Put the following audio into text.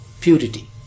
purity